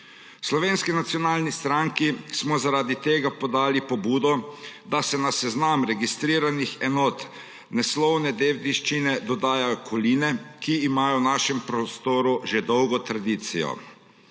Slovenski nacionalni stranki smo zaradi tega podali pobudo, da se na seznam registriranih enot nesnovne dediščine dodajo koline, ki imajo v našem prostoru že dolgo tradicijo.